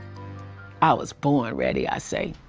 i was born ready, i say.